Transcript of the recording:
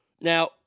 Now